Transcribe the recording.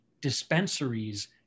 dispensaries